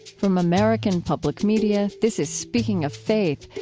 from american public media, this is speaking of faith,